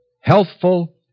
Healthful